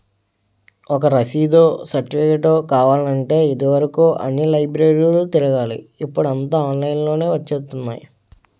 ఒక రసీదో, సెర్టిఫికేటో కావాలంటే ఇది వరుకు అన్ని లైబ్రరీలు తిరగాలి ఇప్పుడూ అంతా ఆన్లైన్ లోనే వచ్చేత్తున్నాయి